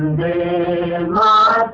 da la